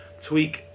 tweak